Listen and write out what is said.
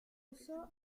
uso